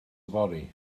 fory